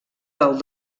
del